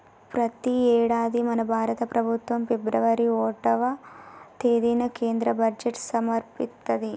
ప్రతి యేడాది మన భారత ప్రభుత్వం ఫిబ్రవరి ఓటవ తేదిన కేంద్ర బడ్జెట్ సమర్పిత్తది